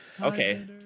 Okay